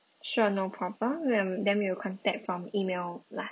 sure no problem then then we will contact from email lah